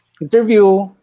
Interview